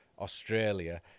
Australia